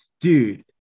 Dude